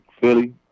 Philly